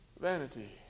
vanity